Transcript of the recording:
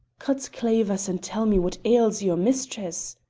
cut clavers and tell me what ails your mistress!